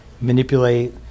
manipulate